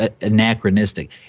anachronistic